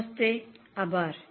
નમસ્તે આભાર